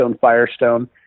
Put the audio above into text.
Firestone